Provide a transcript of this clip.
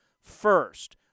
first